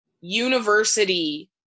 university